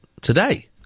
Today